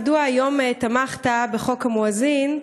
מדוע היום תמכת בחוק המואזין,